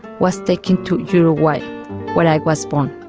was taken to uruguay, where i was born.